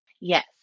Yes